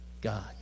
God